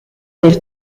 del